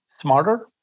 smarter